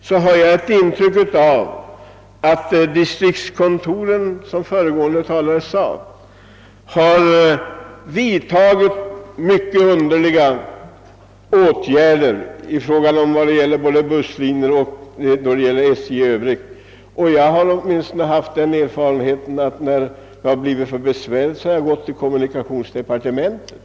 Som föregående talare sade har distriktskontoren vidtagit mycket egendomliga åtgärder vad beträffar både busslinjer och SJ i övrigt. När det blivit alltför besvärligt med anledning härav har jag för min del tagit kontakt med kommunikationsdepartementet.